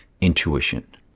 intuition